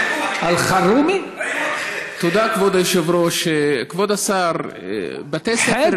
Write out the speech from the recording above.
תודה, כבוד היושב-ראש, בתי ספר